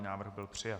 Návrh byl přijat.